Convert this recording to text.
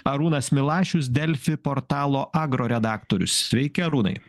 arūnas milašius delfi portalo agro redaktorius sveiki arūnai